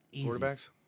Quarterbacks